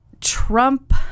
Trump